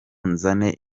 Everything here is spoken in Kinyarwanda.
nzane